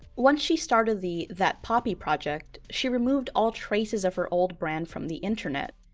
once she started the thatpoppy project, she removed all traces of her old brand from the internet.